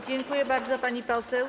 Dziękuję bardzo, pani poseł.